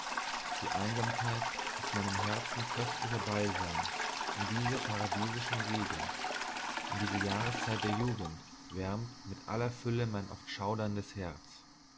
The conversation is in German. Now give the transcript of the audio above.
die einsamkeit ist meinem herzen köstlicher balsam in dieser paradiesischen gegend und diese jahreszeit der jugend wärmt mit aller fülle mein oft schauderndes herz